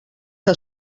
que